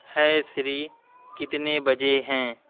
ہے سیری کتنے بجے ہیں